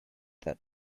that